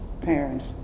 parents